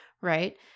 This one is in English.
right